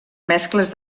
mescles